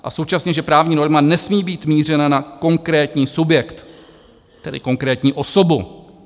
A současně, že právní norma nesmí mít mířena na konkrétní subjekt, tedy konkrétní osobu.